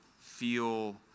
feel